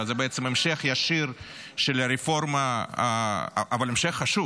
זה בעצם המשך ישיר של הרפורמה, אבל המשך חשוב,